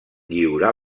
lliurar